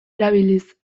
erabiliz